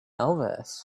elvis